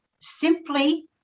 simply